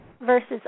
versus